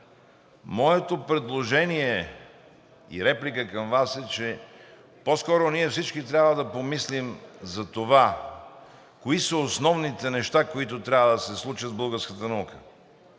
Моето предложение и реплика към Вас е, че по-скоро ние всички трябва да помислим за това кои са основните неща, които трябва да се случат в българската наука?